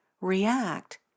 react